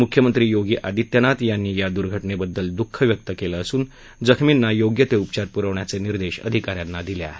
मुख्यमंत्री योगी आदित्यनाथ यांनी या दुर्घटनेबद्दल दुःख व्यक्त केलं असून जखमींना योग्य ते उपचार पुरवण्याचे निर्देश अधिका यांना दिले आहेत